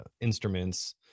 instruments